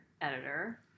editor